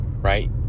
Right